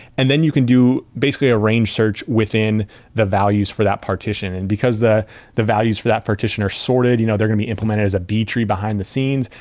and then you can do basically arrange search within the values for that partition. and because the the values for that partition are sorted, you know they're going to be implemented as a b-tree behind the scenes.